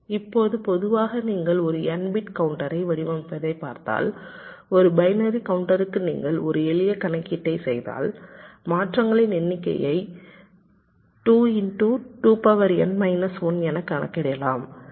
இப்போது பொதுவாக நீங்கள் ஒரு n பிட் கவுண்டர் வடிவமைப்பைப் பார்த்தால் ஒரு பைனரி கவுண்டருக்கு நீங்கள் ஒரு எளிய கணக்கீட்டைச் செய்தால் மாற்றங்களின் எண்ணிக்கையை என கணக்கிடலாம்